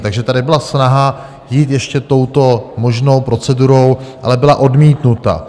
Takže tady byla snaha jít ještě touto možnou procedurou, ale byla odmítnuta.